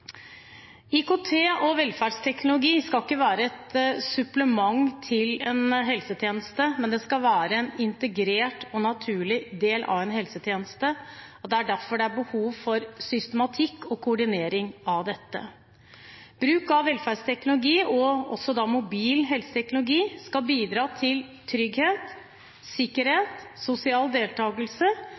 IKT og velferdsteknologi skal ikke være et supplement til en helsetjeneste, men det skal være en integrert og naturlig del av en helsetjeneste. Det er derfor det er behov for systematikk og koordinering av dette. Bruk av velferdsteknologi og også mobil helseteknologi skal bidra til trygghet, sikkerhet, sosial deltakelse